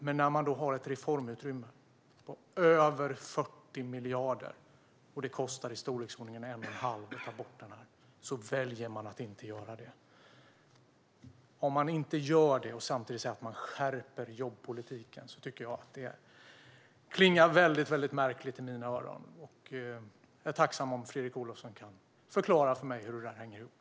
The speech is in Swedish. Men när man har ett reformutrymme på över 40 miljarder och det kostar i storleksordningen 1 1⁄2 att ta bort denna skatt väljer man att inte göra det. Om man inte gör det och samtidigt säger att man skärper jobbpolitiken klingar det väldigt märkligt i mina öron. Jag är tacksam om Fredrik Olovsson kan förklara för mig hur detta hänger ihop.